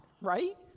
right